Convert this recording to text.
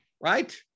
Right